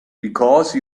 because